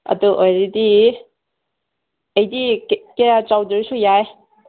ꯑꯗꯨ ꯑꯣꯏꯔꯗꯤ ꯑꯩꯗꯤ ꯀꯌꯥ ꯆꯥꯎꯗ꯭ꯔꯁꯨ ꯌꯥꯏ